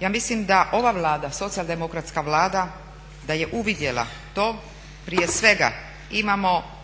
Ja mislim da ova Vlada, socijaldemokratska Vlada da je uvidjela to. Prije svega imamo